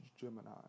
Gemini